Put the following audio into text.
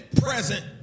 present